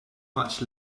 much